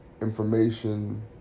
information